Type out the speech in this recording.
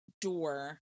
door